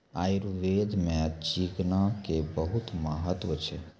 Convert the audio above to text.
आयुर्वेद मॅ चिकना के बहुत महत्व छै